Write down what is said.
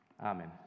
Amen